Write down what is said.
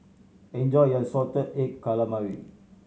enjoy your salted egg calamari